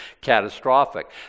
catastrophic